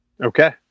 Okay